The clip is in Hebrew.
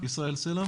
מצטערת